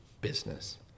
business